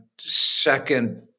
second